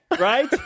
Right